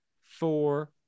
four